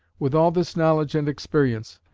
with all this knowledge and experience,